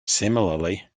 similarly